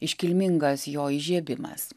iškilmingas jo įžiebimas